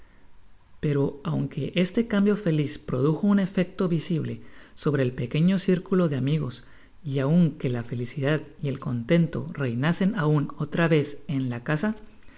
pero aun que este cambio feliz produjo un efecto visible sobre el pequeño circulo de amigos y aun que la felicidad y el contento reinasen aun otra vez ein la casa